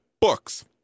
books